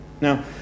Now